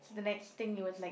so the next thing it was like